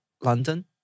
London